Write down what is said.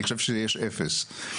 אני חושב שיש אפס.